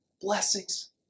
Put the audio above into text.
blessings